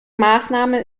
maßnahme